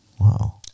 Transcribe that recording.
Wow